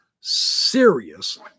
serious